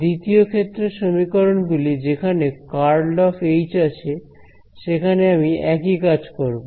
দ্বিতীয় ক্ষেত্রের সমীকরণ গুলি যেখানে কার্ল অফ এইচ আছে সেখানে আমি একই কাজ করব